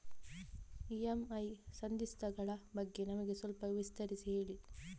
EMI ಸಂಧಿಸ್ತ ಗಳ ಬಗ್ಗೆ ನಮಗೆ ಸ್ವಲ್ಪ ವಿಸ್ತರಿಸಿ ಹೇಳಿ